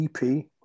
EP